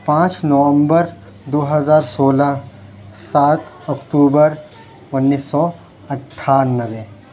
پانچ نومبر دو ہزار سولہ سات اکتوبر اُنیس سو اٹھانوے